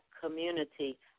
community